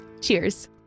Cheers